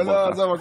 לא, עזוב.